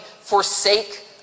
forsake